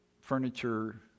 furniture